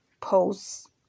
posts